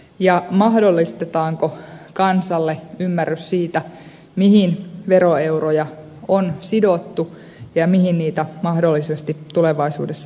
ja mahdollistetaanko kansalle ymmärrys siitä mihin veroeuroja on sidottu ja mihin niitä mahdollisesti tulevaisuudessa sidotaan